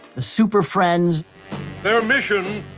the super friends their mission,